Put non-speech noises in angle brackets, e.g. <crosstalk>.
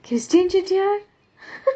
christian chettiyaar <laughs>